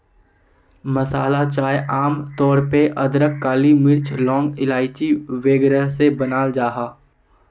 मसाला चाय आम तौर पे अदरक, काली मिर्च, लौंग, इलाइची वगैरह से बनाल जाहा